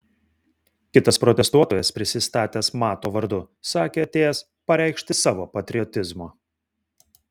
kitas protestuotojas prisistatęs mato vardu sakė atėjęs pareikšti savo patriotizmo